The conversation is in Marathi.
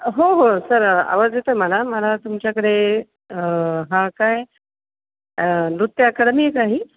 हो हो सर आवाज येतं आहे मला मला तुमच्याकडे हां काय नृत्य अकडमीच ना ही